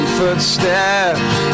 footsteps